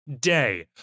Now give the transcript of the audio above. day